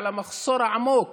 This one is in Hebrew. המחסור העמוק